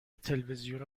تلوزیون